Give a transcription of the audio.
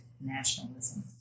nationalism